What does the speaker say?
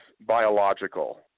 biological